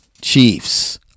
Chiefs